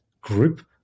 group